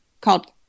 called